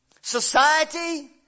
society